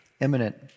imminent